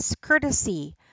courtesy